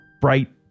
bright